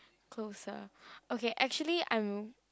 closer okay actually I'm